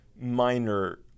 minor